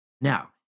Now